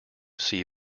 sea